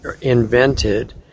invented